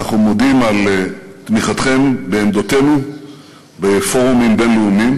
אנחנו מודים על תמיכתם בעמדותינו בפורמים בין-לאומיים.